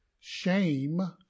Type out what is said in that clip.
Shame